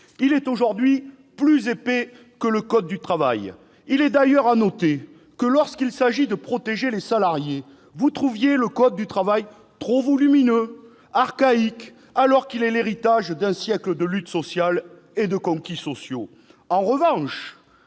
Il est aujourd'hui plus épais que le code du travail. Il est d'ailleurs à noter que, lorsqu'il s'agit de protéger les salariés, vous trouvez le code du travail trop volumineux, archaïque, alors qu'il est l'héritage d'un siècle de luttes et de conquêtes sociales. En revanche,